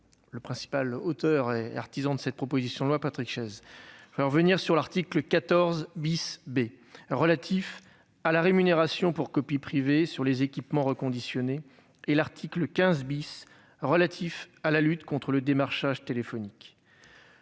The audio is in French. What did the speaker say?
le principal auteur de la proposition de loi, Patrick Chaize : l'article 14 B, relatif à la rémunération pour copie privée sur les équipements reconditionnés, et l'article 15, relatif à la lutte contre le démarchage téléphonique.